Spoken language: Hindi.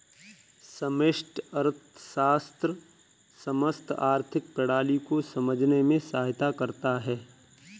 समष्टि अर्थशास्त्र समस्त आर्थिक प्रणाली को समझने में सहायता करता है